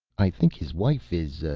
i think his wife is, ah,